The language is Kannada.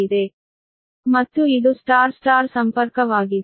ಮತ್ತು ಇದು Y Y ಸಂಪರ್ಕವಾಗಿದೆ